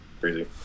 crazy